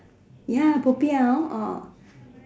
ya popiah hor orh